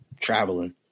traveling